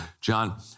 John